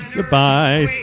Goodbye